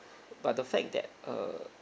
but the fact that err